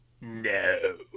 No